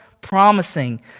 promising